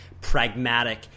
pragmatic